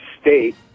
State